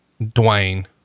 Dwayne